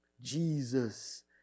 Jesus